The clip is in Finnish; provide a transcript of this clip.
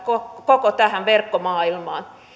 koko koko tähän verkkomaailmaan